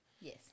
Yes